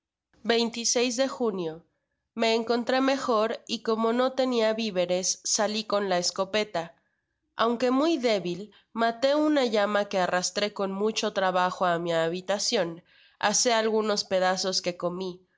de junio me encontró mejor y como no tenia viveres sali con la escopeta aunque muy débil maté una llama que arrastré con mucho trabajo á mi habitacion asé algunos pedazos que comi